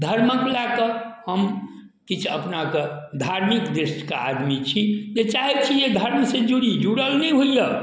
धर्मके लऽ कऽ हम किछु अपनाके धार्मिक दृष्टिके आदमी छी हम चाहै छी जे धर्म से जुड़ी जुड़ल नहि होइए